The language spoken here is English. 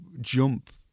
jump